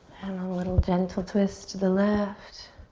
little gentle twist to the left.